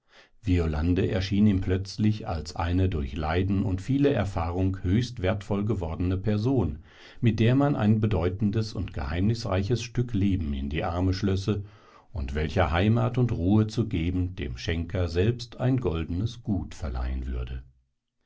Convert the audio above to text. violande erschien ihm plötzlich als eine durch leiden und viele erfahrung höchst wertvoll gewordene person mit der man ein bedeutendes und geheimnisreiches stück leben in die arme schlösse und welcher heimat und ruhe zu geben dem schenker selbst ein goldenes gut verleihen würde